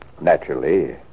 Naturally